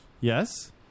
Yes